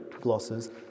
glosses